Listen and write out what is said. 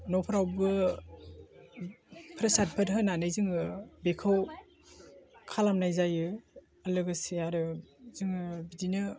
न'फ्रावबो फ्रेसारफोद होनानै जोङो बेखौ खालामनाय जायो लोगोसे आरो जोङो बिदिनो